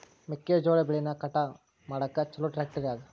ಮೆಕ್ಕೆ ಜೋಳ ಬೆಳಿನ ಕಟ್ ಮಾಡಾಕ್ ಛಲೋ ಟ್ರ್ಯಾಕ್ಟರ್ ಯಾವ್ದು?